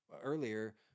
earlier